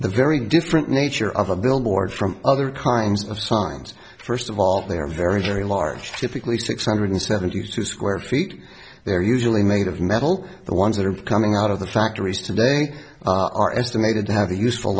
the very different nature of a billboard from other kinds of signs first of all they are very very large typically six hundred seventy two square feet they're usually made of metal the ones that are coming out of the factories today are estimated to have a useful